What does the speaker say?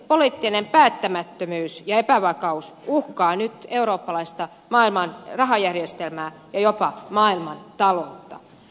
poliittinen päättämättömyys ja epävakaus uhkaavat nyt eurooppalaista ja maailman rahajärjestelmää ja jopa maailmantaloutta